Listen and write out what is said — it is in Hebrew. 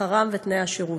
שכרם ותנאי השירות,